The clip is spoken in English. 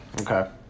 Okay